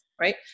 Right